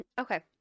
Okay